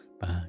back